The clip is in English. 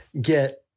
get